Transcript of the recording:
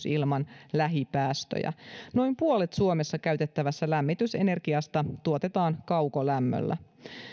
ilman lähipäästöjä noin puolet suomessa käytettävästä lämmitysenergiasta tuotetaan kaukolämmöllä